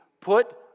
put